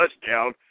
touchdown